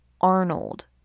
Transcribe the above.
Arnold